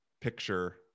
picture